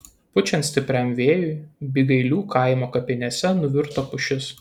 pučiant stipriam vėjui bygailių kaimo kapinėse nuvirto pušis